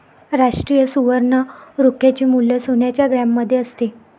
राष्ट्रीय सुवर्ण रोख्याचे मूल्य सोन्याच्या ग्रॅममध्ये असते